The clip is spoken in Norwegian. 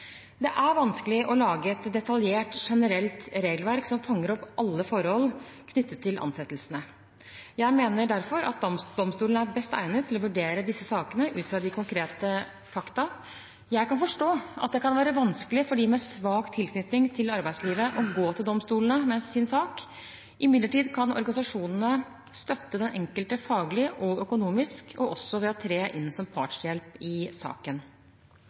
Det er vanskelig å lage et detaljert, generelt regelverk som fanger opp alle forhold knyttet til ansettelsene. Jeg mener derfor at domstolene er best egnet til å vurdere disse sakene ut fra de konkrete fakta. Jeg kan forstå at det kan være vanskelig for dem med svak tilknytning til arbeidslivet å gå til domstolene med sin sak. Imidlertid kan organisasjonene støtte den enkelte faglig og økonomisk og også ved å tre inn som partshjelp i saken.